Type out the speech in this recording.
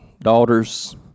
daughters